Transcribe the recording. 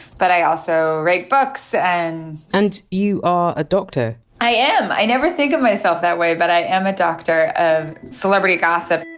but i also write books. and and you are a doctor. i am. i never think of myself myself that way, but i am a doctor of celebrity gossip.